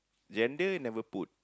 gender never put